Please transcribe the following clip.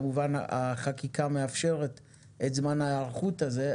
כמובן החקיקה מאפשרת את זמן ההיערכות הזה,